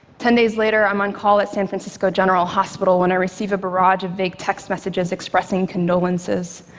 ten days later, i'm on call at san francisco general hospital when i receive a barrage of vague text messages expressing condolences.